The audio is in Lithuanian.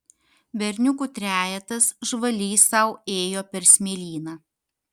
berniukų trejetas žvaliai sau ėjo per smėlyną